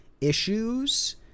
issues